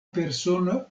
persono